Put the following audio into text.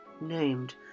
named